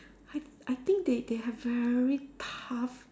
I I think they they have very tough